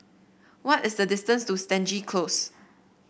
what is the distance to Stangee Close